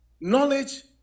knowledge